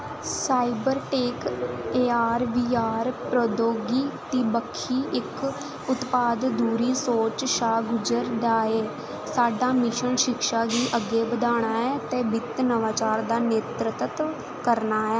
cyber tech A R V R प्रौद्योगी दी बक्खी इक उत्पाद धुरी सोच शा गुजरदा ऐ साढा मिशन शिक्षा गी अग्गें बधाना ऐ ते वित्त नवाचार दा नेतृत्व करना ऐ